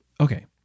okay